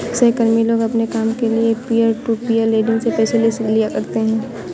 सहकर्मी लोग अपने काम के लिये पीयर टू पीयर लेंडिंग से पैसे ले लिया करते है